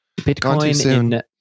Bitcoin